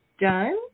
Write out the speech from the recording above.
done